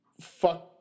fuck